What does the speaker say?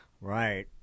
Right